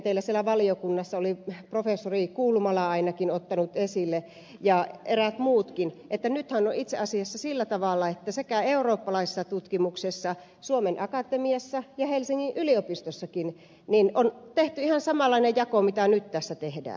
teillä siellä valiokunnassa oli professori kulmala ainakin ottanut esille ja eräät muutkin että nythän on itse asiassa sillä tavalla että sekä eurooppalaisessa tutkimuksessa suomen akatemiassa että helsingin yliopistossakin on tehty ihan samanlainen jako kuin nyt tässä tehdään